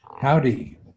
Howdy